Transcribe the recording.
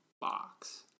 box